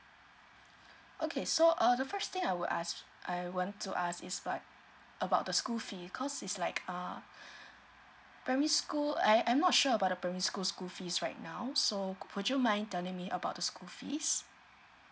okay so uh the first thing I will ask I want to ask is bou~ about the school fee cause is like uh primary school I I'm not sure about the primary school's school fees right now so could you mind telling me about the school fees